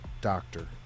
doctor